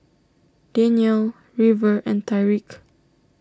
Danyel River and Tyreke